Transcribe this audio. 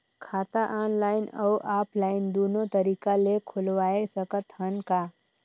खाता ऑनलाइन अउ ऑफलाइन दुनो तरीका ले खोलवाय सकत हन का?